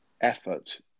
effort